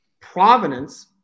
Provenance